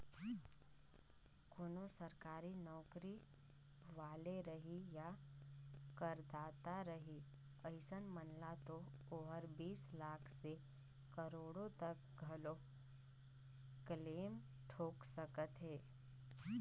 कोनो सरकारी नौकरी वाले रही या करदाता रही अइसन मन ल तो ओहर बीस लाख से करोड़ो तक घलो क्लेम ठोक सकत हे